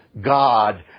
God